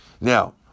Now